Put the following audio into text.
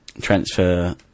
transfer